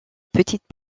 petites